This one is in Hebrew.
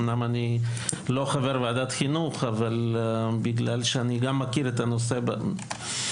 אמנם איני חבר ועדת חינוך אבל בגלל שאני גם מכיר את הנושא בעבר